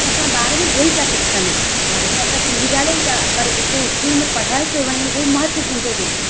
त असांजा ॿार बि उहेई था सिखण घर में असां सिंधी ॻाल्हायूं था पर जेको स्कूल में पढ़ायो थो वञे उहो मां महत्वपूण थो हुजे